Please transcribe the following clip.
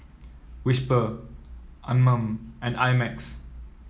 Whisper Anmum and I Max